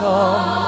Come